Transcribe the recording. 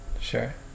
Sure